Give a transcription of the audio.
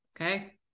Okay